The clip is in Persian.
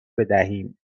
بدهیم